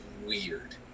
weird